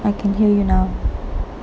I can hear you now